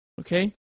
Okay